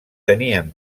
tenien